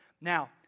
Now